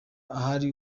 ahari